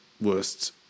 worst